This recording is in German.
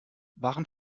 waren